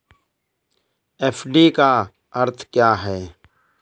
FD का अर्थ क्या है?